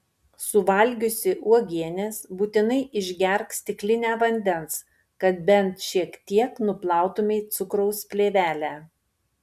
suvalgiusi uogienės būtinai išgerk stiklinę vandens kad bent šiek tiek nuplautumei cukraus plėvelę